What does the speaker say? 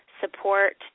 support